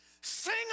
sing